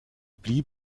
blieb